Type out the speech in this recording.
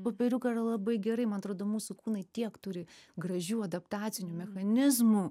popieriuką yra labai gerai man atrodo mūsų kūnai tiek turi gražių adaptacinių mechanizmų